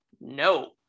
no